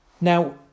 Now